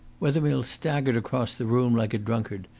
wethermill staggered across the room like a drunkard,